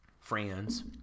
friends